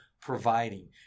providing